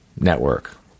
network